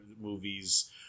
movies